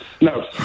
No